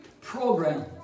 program